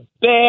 bad